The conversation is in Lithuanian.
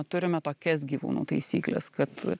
turime tokias gyvūnų taisykles kad